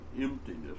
emptiness